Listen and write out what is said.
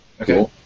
Okay